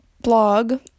blog